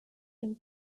and